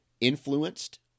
influenced